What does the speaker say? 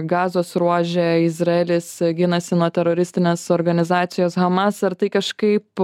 gazos ruože izraelis ginasi nuo teroristinės organizacijos hamas ar tai kažkaip